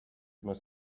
must